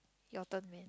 your turn man